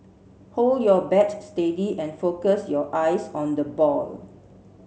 hold your bat steady and focus your eyes on the ball